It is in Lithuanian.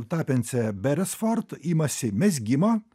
tapencija beresford imasi mezgimo